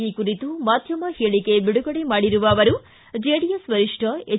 ಈ ಕುರಿತು ಮಾಧ್ಣಮ ಹೇಳಿಕೆ ಬಿಡುಗಡೆ ಮಾಡಿರುವ ಅವರು ಜೆಡಿಎಸ್ ವರಿಷ್ಟ ಎಚ್